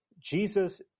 Jesus